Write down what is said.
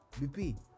BP